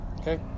okay